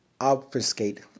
obfuscate